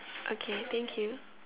okay thank you